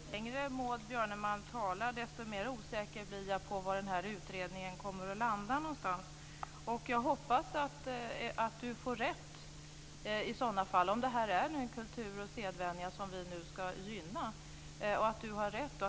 Fru talman! Ju längre Maud Björnemalm talar, desto mer osäker blir jag på var den här utredningen kommer att landa. Jag hoppas att Maud Björnemalm får rätt i så fall, om det här är en kultur och en sedvänja som vi ska gynna och att